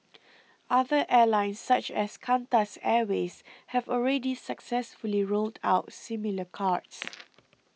other airlines such as Qantas Airways have already successfully rolled out similar cards